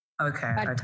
okay